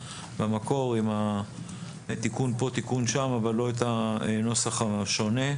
במקור עם תיקון פה ותיקון שם אבל לא קיבלתי את הנוסח השונה.